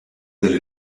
delle